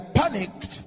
panicked